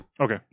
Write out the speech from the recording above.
Okay